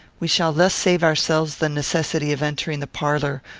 we shall thus save ourselves the necessity of entering the parlour,